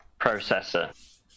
processor